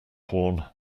worn